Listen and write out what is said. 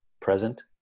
present